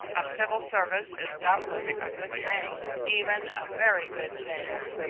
a civil service is doubtless a good thing, even a very good thing,